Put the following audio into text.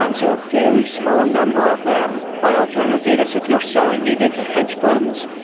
um so very small number of them by alternative data. so if you're selling data to hedge funds,